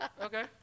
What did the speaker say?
Okay